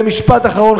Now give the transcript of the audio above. ומשפט אחרון,